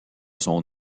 son